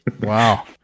Wow